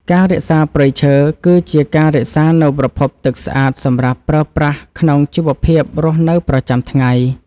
ការរក្សាព្រៃឈើ គឺជាការរក្សានូវប្រភពទឹកស្អាតសម្រាប់ប្រើប្រាស់ក្នុងជីវភាពរស់នៅប្រចាំថ្ងៃ។